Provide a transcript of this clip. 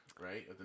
right